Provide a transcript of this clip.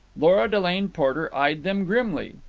lora delane porter eyed them grimly.